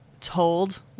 told